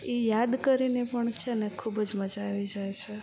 એ યાદ કરીને પણ છે ને ખૂબ જ મજા આવી જાય છે